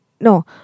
No